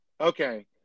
Okay